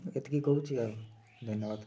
ଏତିକି କହୁଛି ଆଉ ଧନ୍ୟବାଦ